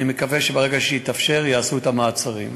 אני מקווה שברגע שיתאפשר, יעשו את המעצרים.